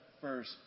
first